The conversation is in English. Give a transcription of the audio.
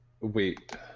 Wait